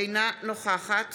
אינה נוכחת